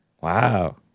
Wow